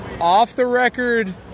off-the-record